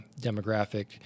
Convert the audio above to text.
demographic